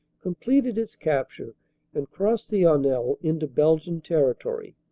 completed its capture and crossed the honelle into belgian territory,